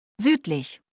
Südlich